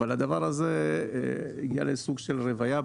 אבל הדבר הזה הגיע לסוג של רוויה,